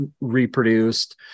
reproduced